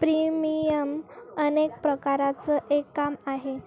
premium अनेक प्रकारांचं एक काम आहे,